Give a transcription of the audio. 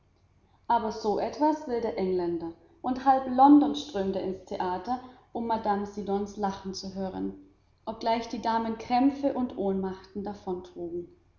aber so etwas will der engländer und halb london strömte ins theater um mme siddons lachen zu hören obgleich die damen krämpfe und ohnmachten